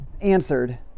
answered